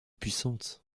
puissante